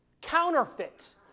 counterfeit